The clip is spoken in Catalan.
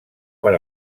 per